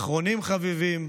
ואחרונים חביבים,